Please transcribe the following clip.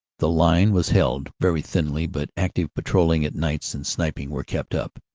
the line was held very thinly, but active patrolling at nights and sniping were kept up.